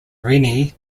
rennie